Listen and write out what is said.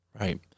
Right